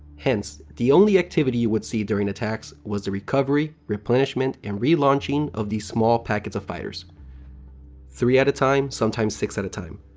hence, the only activity you would see during attacks was the recovery, replenishment, and relaunching of these small packets of fighters three at a time, sometimes six at a time.